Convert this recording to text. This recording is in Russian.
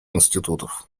институтов